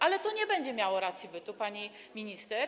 Ale to nie będzie miało racji bytu, pani minister.